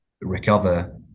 recover